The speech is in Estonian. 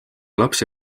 lapsi